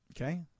Okay